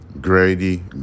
Grady